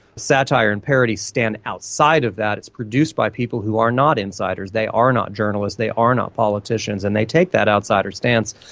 satire and parody stand outside of that. it's produced by people who are not insiders, they are not journalists, they are not politicians, and they take that outsider stance.